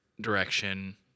direction